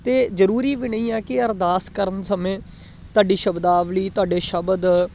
ਅਤੇ ਜ਼ਰੂਰੀ ਵੀ ਨਹੀਂ ਹੈ ਕਿ ਅਰਦਾਸ ਕਰਨ ਸਮੇਂ ਤੁਹਾਡੀ ਸ਼ਬਦਾਵਲੀ ਤੁਹਾਡੇ ਸ਼ਬਦ